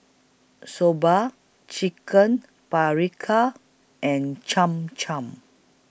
Soba Chicken Paprikas and Cham Cham